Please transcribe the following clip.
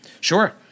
Sure